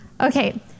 Okay